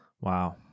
Wow